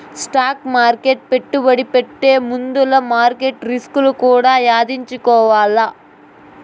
stock మార్కెట్ల పెట్టుబడి పెట్టే ముందుల మార్కెట్ల రిస్కులు కూడా యాదించుకోవాల్ల